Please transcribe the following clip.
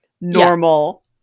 normal